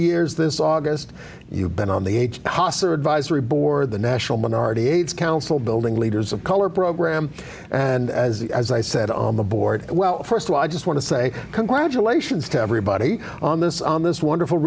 years this august you've been on the a possible advisory board the national minority aids council building leaders of color program and as i said on the board well st of all i just want to say congratulations to everybody on this on this wonderful